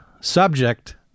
subject